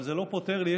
אבל זה לא פותר לי,